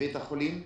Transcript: בבית החולים.